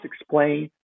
explain